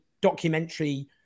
documentary